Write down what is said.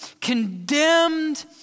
condemned